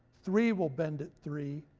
three will bend at three,